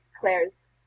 Claire's